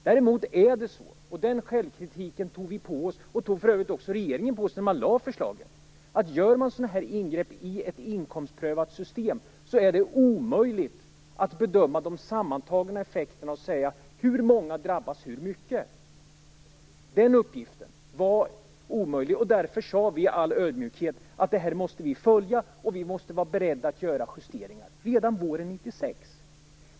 Däremot är det omöjligt att bedöma de sammantagna effekterna och säga hur många som drabbas och hur mycket när man gör sådana ingrepp i ett inkomstprövat system. Den kritiken tog vi på oss när förslagen lades fram, och det gjorde för övrigt regeringen också. Den uppgiften var omöjlig, och därför sade vi i all ödmjukhet redan våren 1996 att vi måste följa upp detta och vara beredda att göra justeringar.